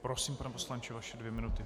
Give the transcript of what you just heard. Prosím, pane poslanče, vaše dvě minuty.